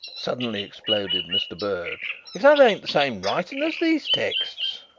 suddenly exploded mr. berge, if that ain't the same writing as these texts!